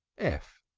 f!